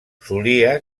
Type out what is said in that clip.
solia